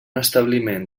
establiment